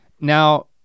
Now